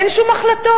אין שום החלטות.